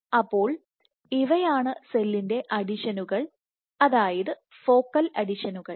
അപ്പോൾ ഇവയാണ് സെല്ലിൻറെ അഡിഷനുകൾ അതായത് ഫോക്കൽ അഡിഷനുകൾ